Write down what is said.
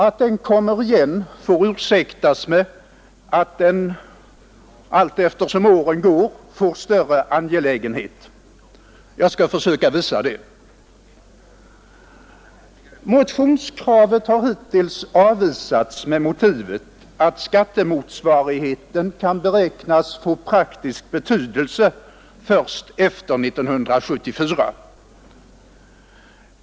Att den kommer igen får ursäktas med att den allteftersom åren går får större angelägenhet. Jag skall försöka visa det. Motionskravet har hittills avvisats med motivet att skattemotsvarigheten kan beräknas få praktisk betydelse först efter 1974.